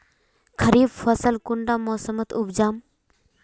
खरीफ फसल कुंडा मोसमोत उपजाम?